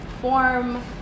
form